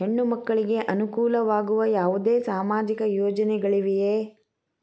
ಹೆಣ್ಣು ಮಕ್ಕಳಿಗೆ ಅನುಕೂಲವಾಗುವ ಯಾವುದೇ ಸಾಮಾಜಿಕ ಯೋಜನೆಗಳಿವೆಯೇ?